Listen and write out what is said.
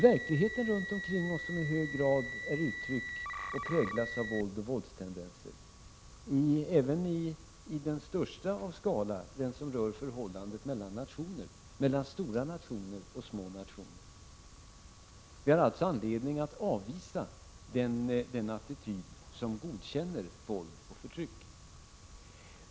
Verkligheten runt omkring oss präglas i hög grad av våld och våldstendenser, även i den största av skalor, nämligen den som rör förhållandet mellan nationer, mellan stora nationer och små nationer. Vi har alltså anledning att avvisa den attityd som godkänner våld och förtryck.